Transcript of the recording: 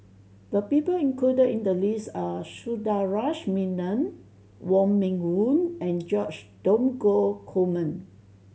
the people included in the list are Sundaresh Menon Wong Meng Voon and George Dromgold Coleman